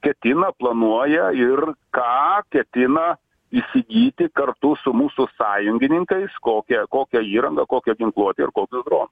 ketina planuoja ir ką ketina įsigyti kartu su mūsų sąjungininkais kokią kokią įrangą kokią ginkluotę ir kokius dronus